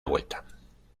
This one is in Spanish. vuelta